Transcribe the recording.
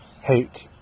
hate